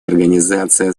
организация